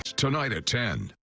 tonight at ten.